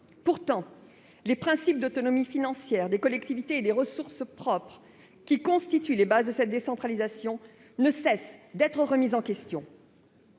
Pourtant, le principe de l'autonomie financière des collectivités et celui de leurs ressources propres, qui constituent les bases de cette décentralisation, ne cessent d'être remis en question.